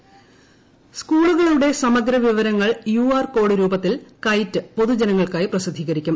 KITE സ്കൂളുകളുടെ സമഗ്ര വിവരങ്ങൾ യു ആർ കോഡ് രൂപത്തിൽ കൈറ്റ് പൊതുജനങ്ങൾക്കായി പ്രസിദ്ധീകരിക്കും